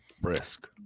Brisk